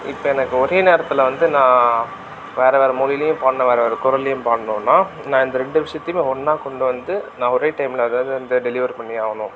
இப்போ எனக்கு ஒரே நேரத்தில் வந்து நான் வேறு வேறு மொழிலியும் பாடணும் வேறு வேறு குரல்லேயும் பாடணும்ன்னால் நான் இந்த ரெண்டு விஷயத்ததையுமே ஒன்றா கொண்டு வந்து நான் ஒரே டைமில் அதாவது வந்து டெலிவரி பண்ணி ஆகணும்